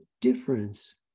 difference